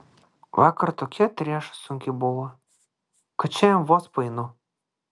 vakar tokia trieša sunki buvo kad šiandien vos paeinu